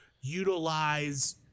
utilize